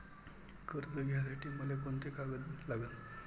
कर्ज घ्यासाठी मले कोंते कागद लागन?